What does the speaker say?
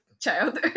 child